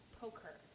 poker